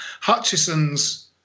Hutchison's